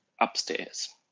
upstairs